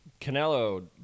Canelo